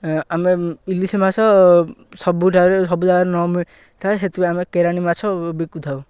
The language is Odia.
ଆମେ ଇଲିଶି ମାଛ ସବୁଠାରୁ ସବୁ ଜାଗାରେ ନମିଳିଥାଏ ସେଥିପାଇଁ ଆମେ କେରାଣ୍ଡୀ ମାଛ ବିକୁଥାଉ